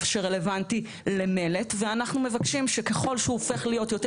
שרלוונטי למלט ואנחנו מבקשים שככול שהוא הופך להיות יותר